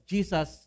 Jesus